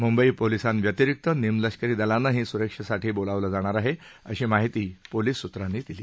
मुंबई पोलिसांव्यतिरिक्त निमलष्करी दलांनाही स्रक्षेसाठी बोलावलं जाणार आहे अशी माहिती पोलीस सूत्रांनी दिली